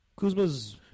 Kuzma's